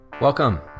Welcome